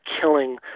killing